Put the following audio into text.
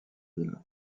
ville